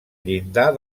llindar